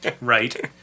Right